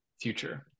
future